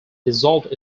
dissolved